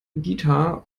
guitar